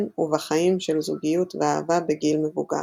ובחיים של זוגיות ואהבה בגיל מבוגר.